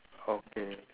okay